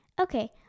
Okay